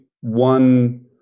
one